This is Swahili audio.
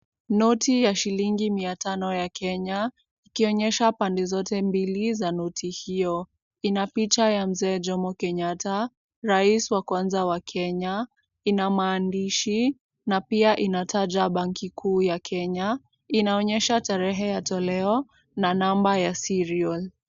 Noti ya shilingi mia tano ya Kenya, ikionyesha pande zote mbili za noti hiyo. Ina picha ya mzee Jomo Kenyatta, rais wa kwanza wa Kenya. Ina maandishi na pia inataja banki kuu ya Kenya. Inaonyesha tarehe ya toleo na number ya serial .